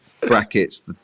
Brackets